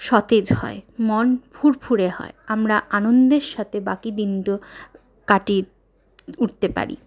সতেজ হয় মন ফুরফুরে হয় আমরা আনন্দের সাথে বাকি দিনগুলো কাটিয়ে উঠতে পারি